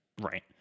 Right